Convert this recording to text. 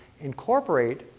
incorporate